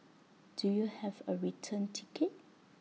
do you have A return ticket